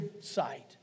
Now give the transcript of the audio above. sight